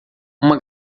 uma